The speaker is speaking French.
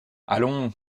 allons